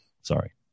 Sorry